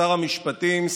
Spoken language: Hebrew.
שר המשפטים,